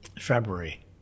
February